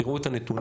תראו את הנתונים.